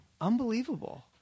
Unbelievable